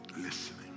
listening